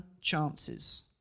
chances